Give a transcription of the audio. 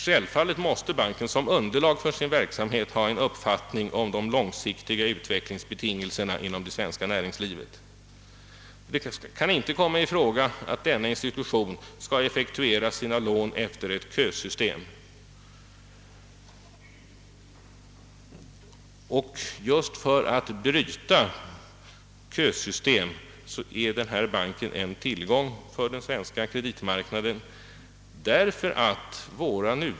Självfallet måste banken som underlag för sin verksamhet ha en uppfattning om de långsiktiga utvecklingsbetingelserna inom det svenska näringslivet. Det kan inte komma i fråga att denna institution skall effektuera sina lån efter ett kösystem. Just för att bryta kösystem är denna bank en tillgång för den svenska kreditmarknaden.